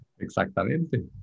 Exactamente